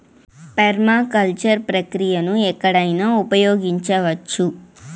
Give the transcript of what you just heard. permaculture ప్రక్రియను ఎక్కడైనా ఉపయోగించవచ్చు